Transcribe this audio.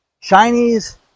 chinese